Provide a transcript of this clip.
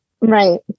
right